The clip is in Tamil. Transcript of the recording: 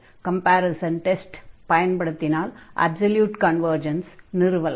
கம்பேரிஸன் டெஸ்டை பயன்படுத்தினால் அப்சொல்யூட் கன்வர்ஜன்ஸை நிறுவலாம்